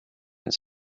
and